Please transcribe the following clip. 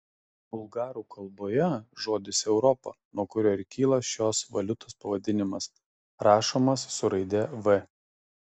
bulgarų kalboje žodis europa nuo kurio ir kyla šios valiutos pavadinimas rašomas su raide v